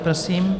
Prosím.